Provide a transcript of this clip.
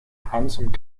handsome